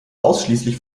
ausschließlich